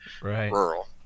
rural